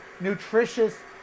nutritious